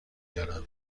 دارم